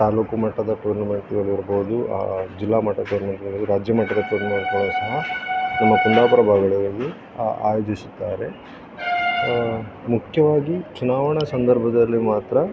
ತಾಲ್ಲೂಕು ಮಟ್ಟದ ಟೂರ್ನಮೆಂಟ್ಗಳು ಇರ್ಬೋದು ಜಿಲ್ಲಾ ಮಟ್ಟದ ಟೂರ್ನಮೆಂಟ್ಗಳು ರಾಜ್ಯ ಮಟ್ಟದ ಟೂರ್ನಮೆಂಟ್ಗಳು ಸಹ ನಮ್ಮ ಕುಂದಾಪುರ ಭಾಗದಲ್ಲಿ ಆಯೋಜಿಸುತ್ತಾರೆ ಮುಖ್ಯವಾಗಿ ಚುನಾವಣ ಸಂದರ್ಭದಲ್ಲಿ ಮಾತ್ರ